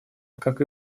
как